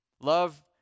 Love